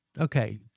Okay